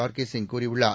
R கேசிங் கூறியுள்ளார்